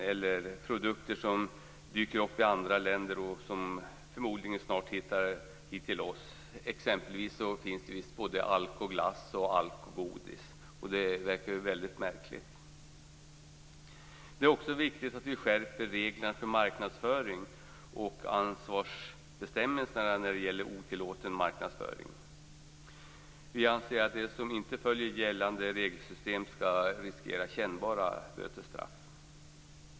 Det finns också produkter som dykt upp i andra länder och som förmodligen snart hittar till Sverige, t.ex.alkoglass och alkogodis. Att sådant finns verkar mycket märkligt. Det är också viktigt att vi skärper reglerna för marknadsföring och ansvarsbestämmelserna när det gäller otillåten marknadsföring. Vi anser att de som inte följer gällande regelsystem skall riskera kännbara bötesstraff.